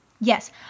Yes